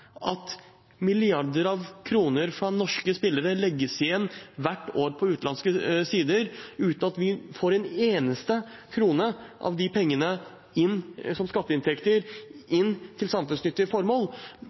at milliarder av kroner fra norske spillere legges igjen hvert år på utenlandske sider uten at vi får en eneste krone av de pengene inn som skatteinntekter